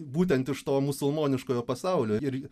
būtent iš to musulmoniškojo pasaulio ir